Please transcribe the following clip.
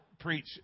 preach